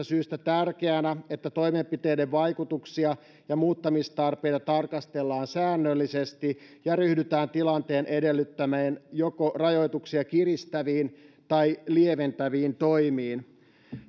syistä tärkeänä että toimenpiteiden vaikutuksia ja muuttamistarpeita tarkastellaan säännöllisesti ja ryhdytään tilanteen edellyttämiin joko rajoituksia kiristäviin tai lieventäviin toimiin